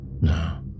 No